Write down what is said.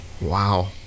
Wow